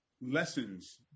lessons